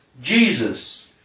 Jesus